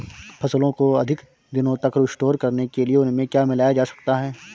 फसलों को अधिक दिनों तक स्टोर करने के लिए उनमें क्या मिलाया जा सकता है?